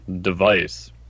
device